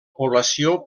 població